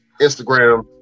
Instagram